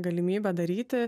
galimybę daryti